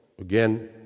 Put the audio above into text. again